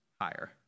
higher